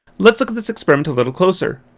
let's look at this experiment a little closer.